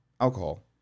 alcohol